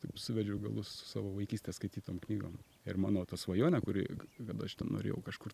taip suvedžiau galus su savo vaikystės skaitytom knygom ir mano ta svajonė kuri kada aš ten norėjau kažkur